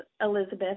Elizabeth